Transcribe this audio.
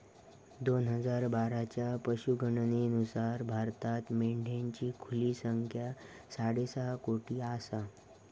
दोन हजार बाराच्या पशुगणनेनुसार भारतात मेंढ्यांची खुली संख्या साडेसहा कोटी आसा